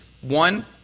One